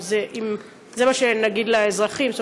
זה מה שנגיד לאזרחים?